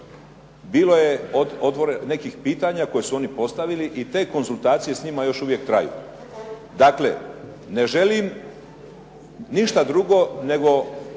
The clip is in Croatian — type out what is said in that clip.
bilo je nekih pitanja koja su oni postavili i te konzultacije s njima još uvijek traju. Dakle, ne želim ništa drugo nego